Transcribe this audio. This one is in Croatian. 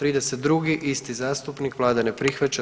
32. isti zastupnik, Vlada ne prihvaća.